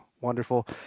Wonderful